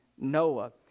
noah